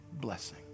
blessing